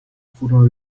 furono